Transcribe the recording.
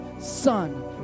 son